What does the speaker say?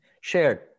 shared